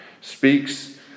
speaks